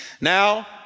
Now